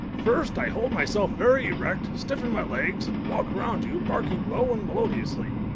first i hold myself very erect, stiffen my legs, walk round you, barking low and melodiously.